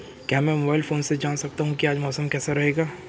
क्या मैं mobile phone से जान सकता हूँ कि आज मौसम कैसा रहेगा?